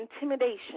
intimidation